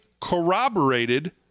corroborated